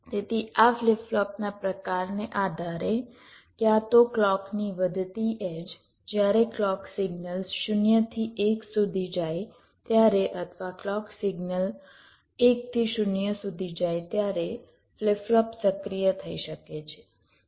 તેથી આ ફ્લિપ ફ્લોપના પ્રકારને આધારે ક્યાં તો ક્લૉકની વધતી એડ્જ જ્યારે ક્લૉક સિગ્નલ 0 થી 1 સુધી જાય ત્યારે અથવા ક્લૉક સિગ્નલ 1 થી 0 સુધી જાય ત્યારે ફ્લિપ ફ્લોપ સક્રિય થઈ શકે છે